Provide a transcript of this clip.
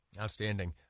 Outstanding